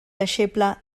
deixeble